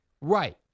Right